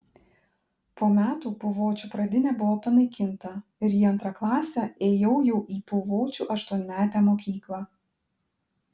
po metų puvočių pradinė buvo panaikinta ir į antrą klasę ėjau jau į puvočių aštuonmetę mokyklą